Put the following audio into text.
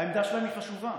העמדה שלהם חשובה,